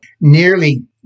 Nearly